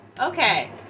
Okay